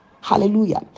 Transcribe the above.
Hallelujah